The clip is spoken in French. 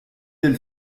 elle